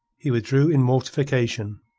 he withdrew in mortification.